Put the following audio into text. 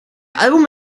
album